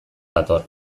dator